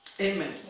Amen